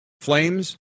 Flames